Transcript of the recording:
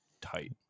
tight